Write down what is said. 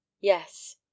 yes